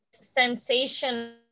sensation